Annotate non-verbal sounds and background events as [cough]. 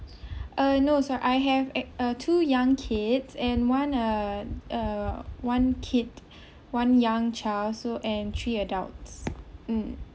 uh no s~ I have [noise] uh two young kids and one uh uh one kid one young child so and three adults mm